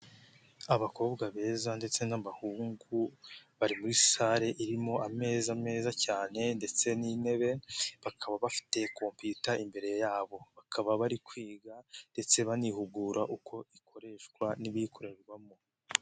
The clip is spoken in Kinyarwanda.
Abakobwa beza ndetse n'abahungu bari muri sare irimo ameza meza cyane ndetse n'intebe bakaba bafite komputa imbere yabo, bakaba bari kwiga ndetse banihugura uko ikoreshwa n'ibiyikorerwamo.